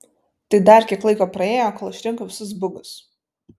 tai dar kiek laiko praėjo kol išrinko visus bugus